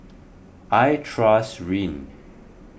I trust Rene